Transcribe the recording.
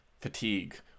fatigue